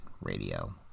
radio